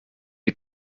die